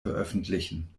veröffentlichen